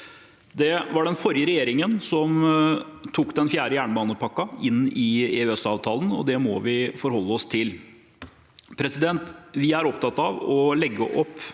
Det var den forrige regjeringen som tok den fjerde jernbanepakken inn i EØS-avtalen, og det må vi forholde oss til. Vi er opptatt av å legge opp